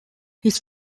his